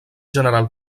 general